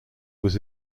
was